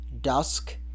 Dusk